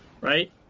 right